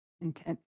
intent